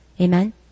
Amen